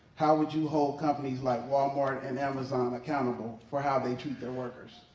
how would you hold companies like walmart and amazon accountable for how they treat their workers.